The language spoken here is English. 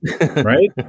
Right